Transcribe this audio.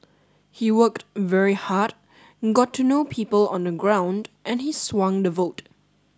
he worked very hard got to know people on the ground and he swung the vote